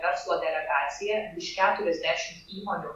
verslo delegacija iš keturiasdšimt įmonių